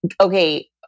okay